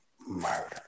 Murder